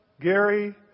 Gary